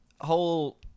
whole